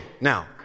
now